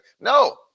No